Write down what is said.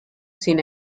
sin